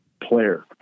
player